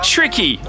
Tricky